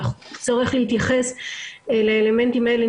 והצורך להתייחס לאלמנטים האלה,